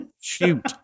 Shoot